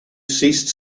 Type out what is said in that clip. ceased